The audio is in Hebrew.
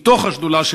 מתוך השדולה,